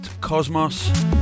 Cosmos